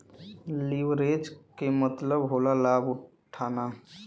leverage के मतलब होला लाभ उठाना